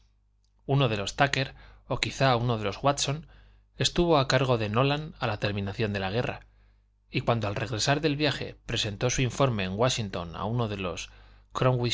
uno de los túcker o quizá uno de los watson estuvo a cargo de nolan a la terminación de la guerra y cuando al regresar del viaje presentó su informe en wáshington a uno de los